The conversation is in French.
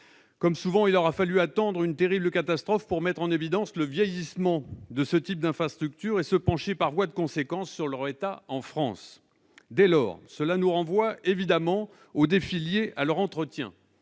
Comme souvent, il aura fallu attendre une terrible catastrophe pour mettre en évidence le vieillissement de ce type d'infrastructures et se pencher, par voie de conséquence, sur leur état en France. Dès lors, cela nous renvoie évidemment au défi lié à leur entretien.